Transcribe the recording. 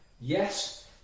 Yes